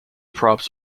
props